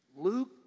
Luke